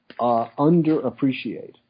underappreciate